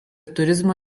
turizmo